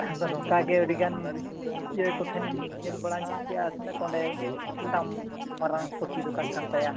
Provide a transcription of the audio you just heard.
ᱟᱫᱚ ᱱᱚᱝᱠᱟ ᱜᱮ ᱟᱹᱰᱤᱜᱟᱱ ᱤᱭᱟᱹ ᱠᱚᱴᱷᱮᱱ ᱧᱮᱞ ᱵᱟᱲᱟ ᱧᱚᱜ ᱠᱮᱜᱼᱟ ᱚᱸᱰᱮ ᱢᱤᱫᱴᱟᱝ ᱢᱟᱨᱟᱝ ᱥᱚᱵᱽᱡᱤ ᱫᱳᱠᱟᱱ ᱠᱟᱱ ᱛᱟᱭᱟ